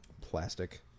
plastic